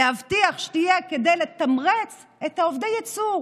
להבטיח שתהיה כדי לתמרץ את עובדי הייצור,